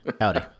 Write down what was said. Howdy